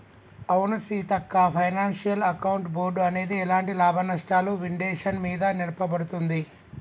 అవును Seethakka financial account board అనేది ఎలాంటి లాభనష్టాలు విండేషన్ మీద నడపబడుతుంది